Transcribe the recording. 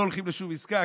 לא הולכים לשום עסקה,